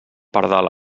pardal